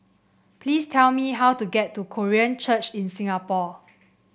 please tell me how to get to Korean Church in Singapore